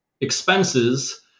expenses